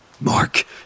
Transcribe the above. Mark